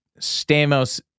Stamos